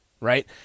Right